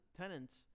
tenants